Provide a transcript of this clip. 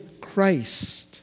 Christ